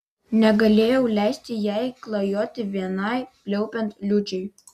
negalėjau leisti jai klajoti vienai pliaupiant liūčiai